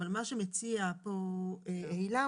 אבל מה שמציע פה עילם,